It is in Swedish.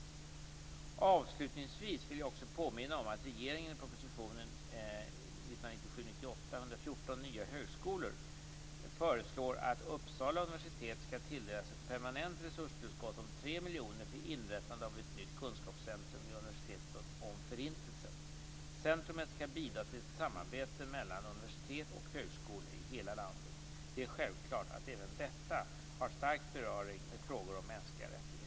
Avslutningsvis vill jag också påminna om att regeringen i proposition 1997/98:114 Nya högskolor m.m. föreslår att Uppsala universitet skall tilldelas ett permanent resurstillskott om 3 miljoner kronor för inrättande av ett nytt kunskapscentrum vid universitetet om Förintelsen. Centrumet skall bidra till samarbete mellan universitet och högskolor i hela landet. Det är självklart att även detta har stark beröring med frågor om mänskliga rättigheter.